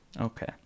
Okay